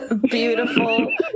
beautiful